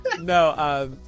No